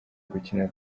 gukinira